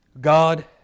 God